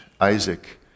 Isaac